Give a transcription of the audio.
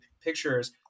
pictures